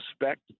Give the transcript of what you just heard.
respect